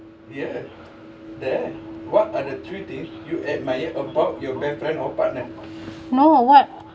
no what